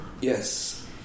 Yes